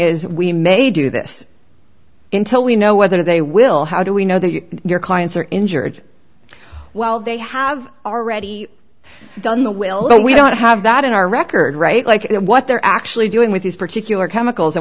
is we may do this in till we know whether they will how do we know that you and your clients are injured well they have already done the will though we don't have that in our record right like what they're actually doing with these particular chemicals